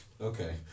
Okay